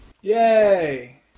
Yay